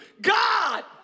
God